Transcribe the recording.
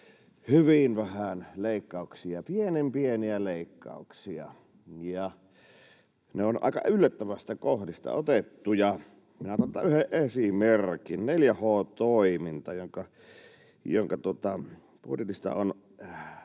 hyvin vähän leikkauksia, pienen pieniä leikkauksia, ja ne ovat aika yllättävistä kohdista otettuja. Minä otan yhden esimerkin, 4H-toiminta, jonka budjetista on